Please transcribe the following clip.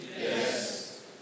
Yes